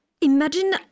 Imagine